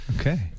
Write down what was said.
Okay